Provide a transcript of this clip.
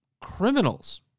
criminals